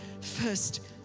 first